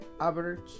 average